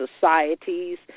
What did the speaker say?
societies